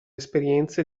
esperienze